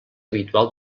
habitual